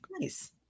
Nice